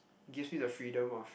it gives me the freedom of